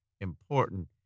important